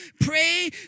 Pray